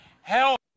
help